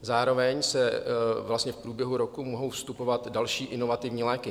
Zároveň vlastně v průběhu roku mohou vstupovat další inovativní léky.